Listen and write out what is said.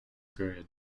period